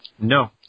No